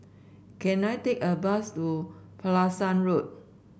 can I take a bus to Pulasan Road